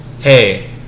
Hey